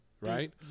Right